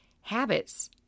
Habits